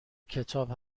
کتاب